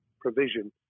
provision